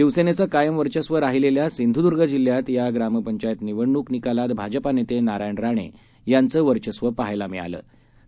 शिवसेनेचंकायमवर्चस्वराहिलेल्यासिंधुदुर्गजिल्ह्यातयाग्रामपंचायतनिवडणूकनिका लातभाजपानेतेनारायणराणेयांचंवर्चस्वपाहायलामिळालंआहे